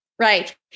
Right